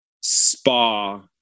spa